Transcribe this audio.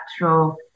natural